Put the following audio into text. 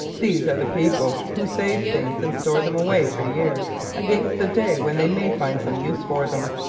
these are the people who save things and store them away for years against the day when they may find some use for them.